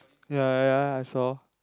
ya ya I saw